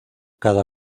cada